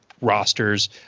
rosters